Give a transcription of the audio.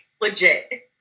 Legit